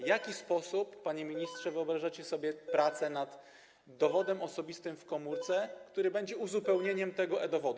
W jaki sposób, panie ministrze, wyobrażacie sobie prace nad dowodem osobistym w komórce, który będzie uzupełnieniem tego e-dowodu?